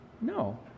No